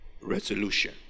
resolution